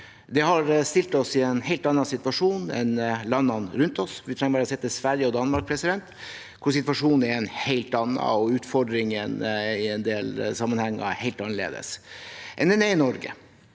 Det har stilt oss i en helt annen situasjon enn landene rundt oss. Vi trenger bare å se til Sverige og Danmark, hvor situasjonen er en helt annen og utfordringene i en del sammenhenger er helt annerledes enn i Norge.